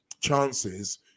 chances